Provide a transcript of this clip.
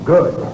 Good